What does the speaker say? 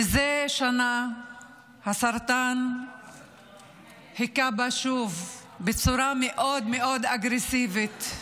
מזה שנה הסרטן מכה בה שוב בצורה מאוד מאוד אגרסיבית,